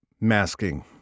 masking